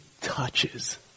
touches